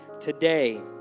today